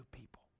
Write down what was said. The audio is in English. people